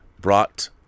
brought